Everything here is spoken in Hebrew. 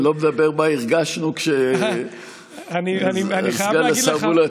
אני לא מדבר מה הרגשנו סגן השר מולא,